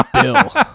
Bill